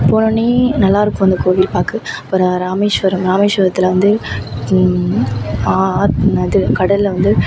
போனோன்னே நல்லாயிருக்கும் அந்த கோவில் பார்க்க அப்புறம் ராமேஸ்வரம் ராமேஸ்வரத்தில் வந்து என்னது கடலில் வந்து